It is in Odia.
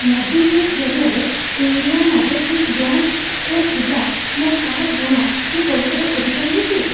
ମୋବିକ୍ଵିକ୍ ରିଆରେ ଇଣ୍ଡିଆନ୍ ଓଭରସିଜ୍ ବ୍ୟାଙ୍କ୍ରେ ଥିବା ମୋ କାର୍ ଋଣ ମୁଁ ପରିଶୋଧ କରିପାରିବି କି